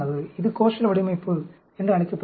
இது கோஷல் வடிவமைப்பு என்று அழைக்கப்படுகிறது